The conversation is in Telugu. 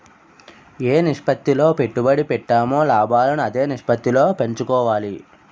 ఏ నిష్పత్తిలో పెట్టుబడి పెట్టామో లాభాలను అదే నిష్పత్తిలో పంచుకోవాలి